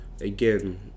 again